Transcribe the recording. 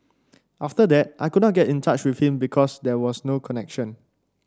after that I could not get in touch with him because there was no connection